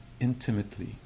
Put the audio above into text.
intimately